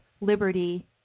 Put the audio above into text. liberty